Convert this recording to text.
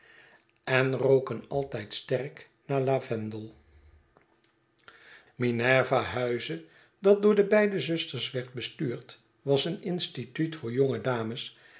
en roken altijd sterk naar lavendel minerva huize dat door de beide zusters werd bestuurd was een instituut voor jonge dames